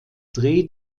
dreh